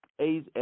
A's